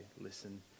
listen